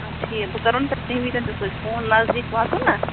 آ ٹھیٖک بہٕ کَرو تُہۍ تمہِ وِزٮ۪ن تہِ توتہِ فون نزدیٖک واتو نا